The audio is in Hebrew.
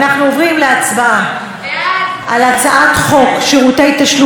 אנחנו עוברים להצבעה על הצעת חוק שירותי תשלום,